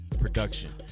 Production